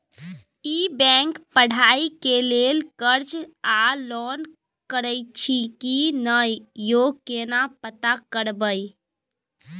ई bank पढ़ाई के लेल कर्ज आ लोन करैछई की नय, यो केना पता करबै?